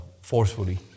forcefully